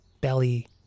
belly